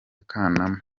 kanama